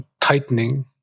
tightening